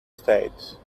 stayed